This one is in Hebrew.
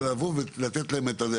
אלא לבוא ולתת להם את זה.